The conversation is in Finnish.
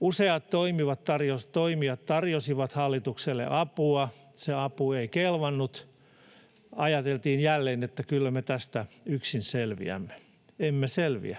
Useat toimijat tarjosivat hallitukselle apua, se apu ei kelvannut. Ajateltiin jälleen, että kyllä me tästä yksin selviämme. Emme selviä.